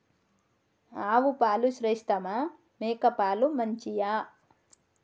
ఆవు పాలు శ్రేష్టమా మేక పాలు మంచియా?